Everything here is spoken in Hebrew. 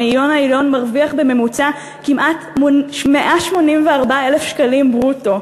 המאיון העליון מרוויח בממוצע כמעט 184,000 שקלים ברוטו,